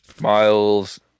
Miles